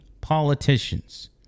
politicians